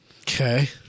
Okay